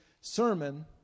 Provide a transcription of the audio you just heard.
sermon